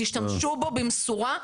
תשתמשו בו במסורה.